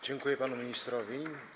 Dziękuję panu ministrowi.